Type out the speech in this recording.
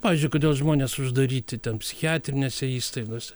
pavyzdžiui kodėl žmonės uždaryti ten psichiatrinėse įstaigose